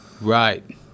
right